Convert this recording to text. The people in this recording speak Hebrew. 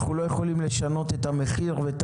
אנחנו לא יכולים לשנות את המחיר ואת